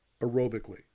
aerobically